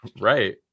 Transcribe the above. right